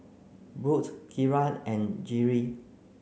Burt Keira and Jerrie